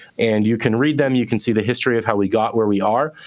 and you can read them. you can see the history of how we got where we are.